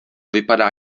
vypadá